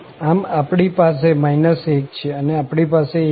આમ આપણી પાસે 1 છે અને આપણી પાસે 1 છે